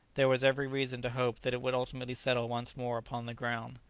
there was every reason to hope that it would ultimately settle once more upon the ground,